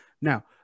Now